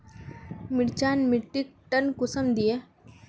मिर्चान मिट्टीक टन कुंसम दिए?